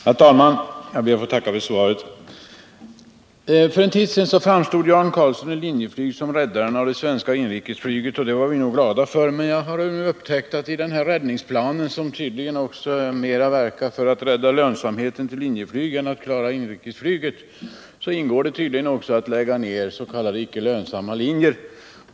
Herr talman! Jag ber att få tacka för svaret. För en tid sedan framstod Jan Carlzon i Linjeflyg som räddaren av det svenska inrikesflyget, och det var vi nog glada för. Men jag har nu upptäckt att' det i räddningsplanen — som tydligen mera verkat för att rädda lönsamheten för Linjeflyg än för att klara inrikesflyget — också ingår att lägga ners.k. icke lönsamma linjer.